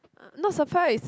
not surprised